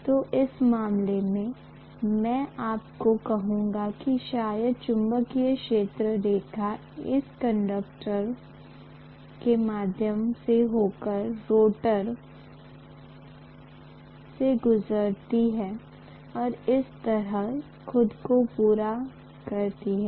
तो इस मामले में मैं आपको कहूंगा कि शायद चुंबकीय क्षेत्र रेखा इन कंडक्टरों के माध्यम से होकर रोटर से गुजरती है और इस तरह खुद को पूरा करती है